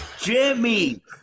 Jimmy